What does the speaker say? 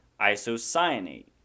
isocyanate